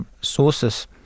sources